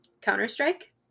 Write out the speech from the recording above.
Counter-Strike